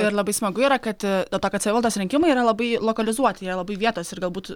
ir labai smagu yra kad dėl to kad savivaldos rinkimai yra labai lokalizuoti jie labai vietos ir galbūt